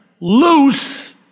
loose